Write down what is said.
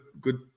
good